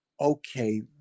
okay